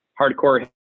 hardcore